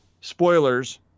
spoilers